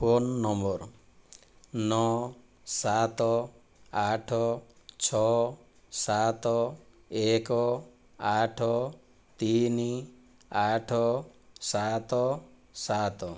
phone number ନଅ ସାତ ଆଠ ଛଅ ସାତ ଏକ ଆଠ ତିନି ଆଠ ସାତ ସାତ